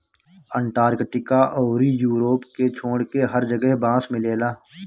Antarctica अउरी Europe के छोड़के हर जगह बांस मिलेला